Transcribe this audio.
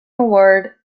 award